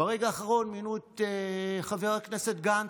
וברגע האחרון מינו את חבר הכנסת גנץ,